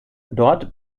dort